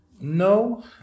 no